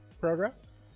progress